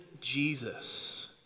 Jesus